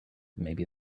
maybe